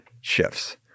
shifts